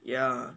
yeah